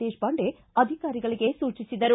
ದೇಶಪಾಂಡೆ ಅಧಿಕಾರಿಗಳಿಗೆ ಸೂಚಿಸಿದರು